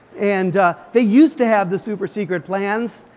and they used to have the super secret plans,